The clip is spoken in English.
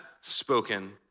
spoken